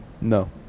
No